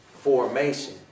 formation